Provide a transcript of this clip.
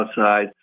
outside